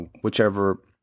whichever